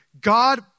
God